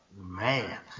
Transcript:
Man